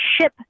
ship